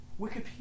Wikipedia